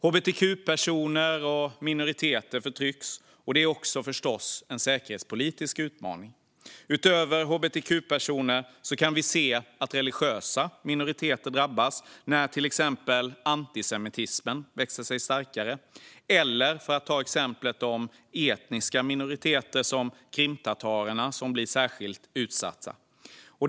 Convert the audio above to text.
Hbtq-personer och minoriteter förtrycks, vilket också är en säkerhetspolitisk utmaning. Utöver hbtq-personer drabbas religiösa minoriteter, till exempel när antisemitismen växer sig starkare, och etniska minoriteter som krimtatarerna blir särskilt utsatta.